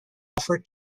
offer